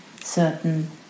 certain